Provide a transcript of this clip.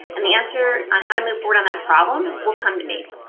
and the answer on how to move forward on that problem will come to me.